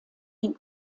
die